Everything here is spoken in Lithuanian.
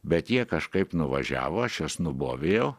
bet jie kažkaip nuvažiavo aš juos nubovijau